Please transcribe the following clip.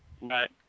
Right